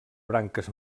branques